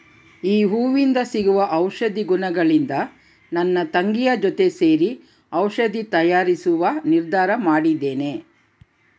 ಈ ಹೂವಿಂದ ಸಿಗುವ ಔಷಧಿ ಗುಣಗಳಿಂದ ನನ್ನ ತಂಗಿಯ ಜೊತೆ ಸೇರಿ ಔಷಧಿ ತಯಾರಿಸುವ ನಿರ್ಧಾರ ಮಾಡಿದ್ದೇನೆ